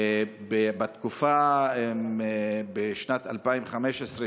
בשנים 2015,